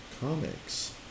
comics